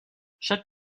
chaque